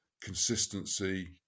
Consistency